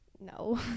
No